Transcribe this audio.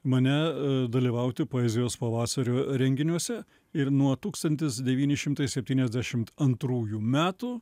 mane dalyvauti poezijos pavasario renginiuose ir nuo tūkstantis devyni šimtai septyniasdešimt antrųjų metų